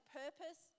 purpose